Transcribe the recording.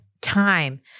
time